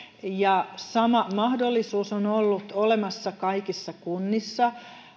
sama mahdollisuus on ollut olemassa kaikissa kunnissa